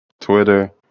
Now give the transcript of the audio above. Twitter